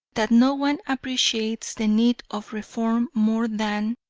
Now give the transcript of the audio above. that no one appreciates the need of reform more than,